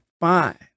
fine